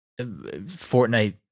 Fortnite